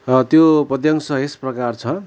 र त्यो पद्यांश यस प्रकार छ